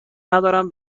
ندارم